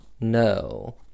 No